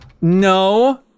No